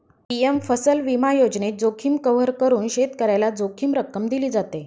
PM फसल विमा योजनेत, जोखीम कव्हर करून शेतकऱ्याला जोखीम रक्कम दिली जाते